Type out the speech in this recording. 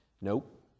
Nope